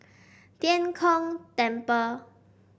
Tian Kong Temple